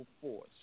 force